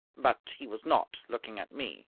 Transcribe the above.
but he was not looking at me.